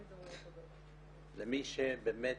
למי שבאמת